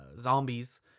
zombies